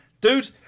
Dude